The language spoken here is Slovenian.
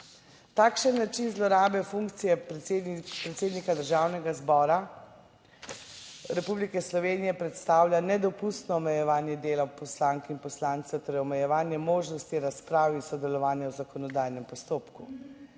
Takšen način zlorabe funkcije predsednika Državnega zbora Republike Slovenije predstavlja nedopustno omejevanje dela poslank in poslancev ter omejevanje možnosti razprav in sodelovanja v zakonodajnem postopku.